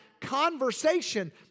conversation